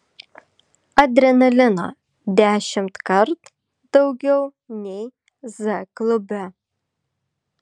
adrenalino dešimtkart daugiau nei z klube